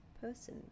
person